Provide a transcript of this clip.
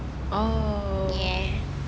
oh